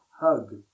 hug